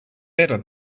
better